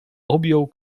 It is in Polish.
objął